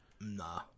Nah